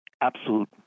absolute